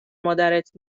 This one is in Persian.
مادرت